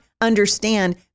understand